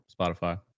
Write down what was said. Spotify